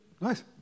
Nice